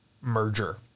merger